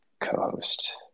co-host